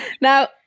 Now